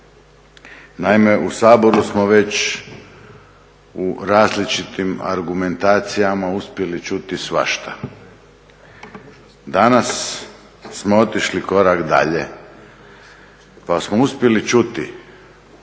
Naime, u Saboru smo već u različitim argumentacijama uspjeli čuti svašta. Danas smo otišli korak dalje pa smo uspjeli čuti